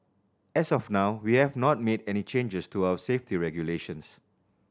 as of now we have not made any changes to our safety regulations